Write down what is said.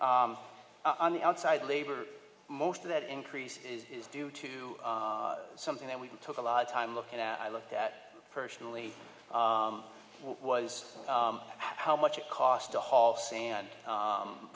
on the outside labor most of that increase is due to something that we took a lot of time looking at i looked at personally what was how much it cost to haul san